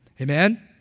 Amen